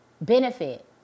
benefit